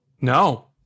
No